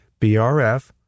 BRF